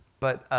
but